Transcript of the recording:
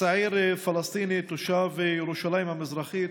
צעיר פלסטיני תושב ירושלים המזרחית,